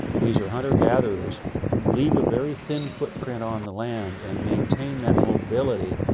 these are hunter-gatherers who leave a very thin footprint on the land and maintain that mobility.